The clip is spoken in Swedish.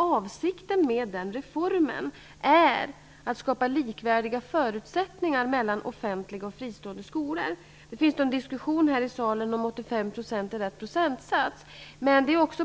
Avsikten med reformen är att skapa likvärdiga förutsättningar mellan offentliga och fristående skolor. Det har förts en diskussion här i kammaren om huruvida 85 % är rätt procentsats. Men det förs